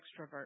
extrovert